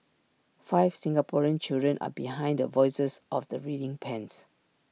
five Singaporean children are behind the voices of the reading pens